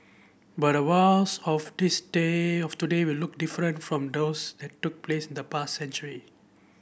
but the wars of this day of today will look different from those that took place in the past century